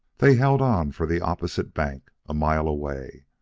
they held on for the opposite bank a mile away.